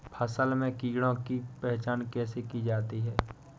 फसल में कीड़ों की पहचान कैसे की जाती है?